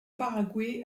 paraguay